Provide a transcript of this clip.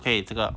eh 这个